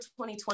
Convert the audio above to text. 2020